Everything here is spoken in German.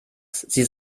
sie